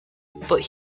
but